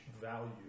value